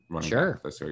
sure